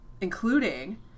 including